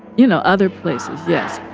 you know, other places, yes